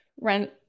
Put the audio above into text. rent